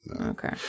Okay